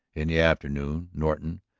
in the afternoon norton,